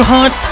Hunt